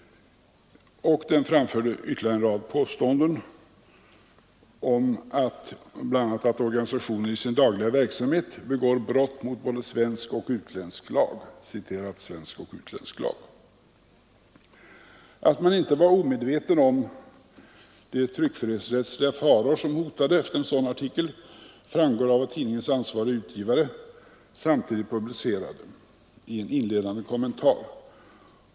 Där framfördes ytterligare en rad påståenden, bl.a. att organisationen i sin dagliga verksamhet begår brott ”mot både svensk och utländsk lag”. Att man inte var omedveten om de tryckfrihetsrättsliga faror som hotade efter en sådan artikel framgår av vad tidningens ansvarige utgivare skrev i en inledande kommentar.